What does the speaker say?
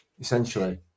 essentially